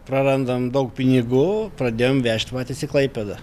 prarandam daug pinigų pradėjom vežt patys į klaipėdą